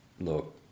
look